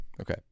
Okay